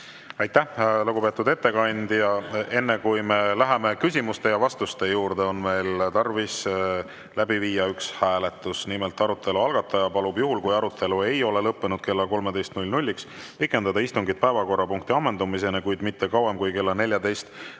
Aitäh, lugupeetud ettekandja! Enne kui me läheme küsimuste ja vastuste juurde, on meil tarvis läbi viia üks hääletus. Nimelt, arutelu algataja palub juhul, kui arutelu ei ole lõppenud kella 13-ks, pikendada istungit päevakorrapunkti ammendumiseni, kuid mitte kauem kui kella 14-ni.